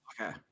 okay